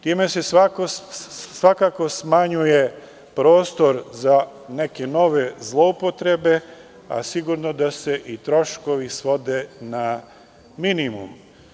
Time se svakako smanjuje prostor za neke nove zloupotrebe, a sigurno da se i troškovi svode na minimum.